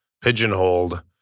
pigeonholed